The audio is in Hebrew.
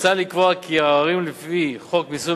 מוצע לקבוע כי עררים לפי חוק מיסוי